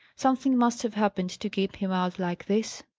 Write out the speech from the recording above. something must have happened, to keep him out like this.